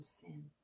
sin